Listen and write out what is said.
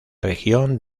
región